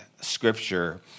scripture